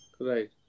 Right